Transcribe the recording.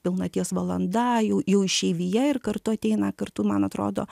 pilnaties valanda jau jau išeivija ir kartu ateina kartu man atrodo